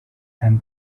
and